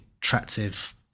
attractive